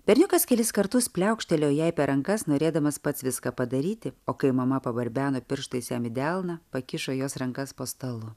berniukas kelis kartus pliaukštelėjo jai per rankas norėdamas pats viską padaryti o kai mama pabarbeno pirštais jam į delną pakišo jos rankas po stalu